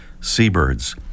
seabirds